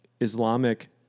Islamic